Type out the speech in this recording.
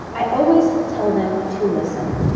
i always tell them to listen.